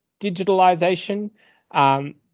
digitalisation